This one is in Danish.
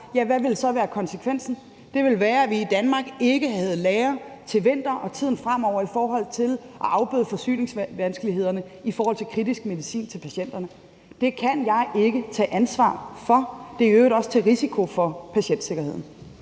røde knap, så ville konsekvensen være, at vi i Danmark ikke havde lagre til vinter og til tiden fremover i forhold til at afbøde forsyningsvanskeligheder i forbindelse med kritisk medicin til patienterne. Det kan jeg ikke tage ansvar for. Det er i øvrigt også til risiko for patientsikkerheden.